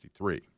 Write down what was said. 1963